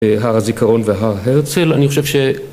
אהה הר הזיכרון והר הרצל אני חושב ש